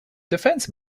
defence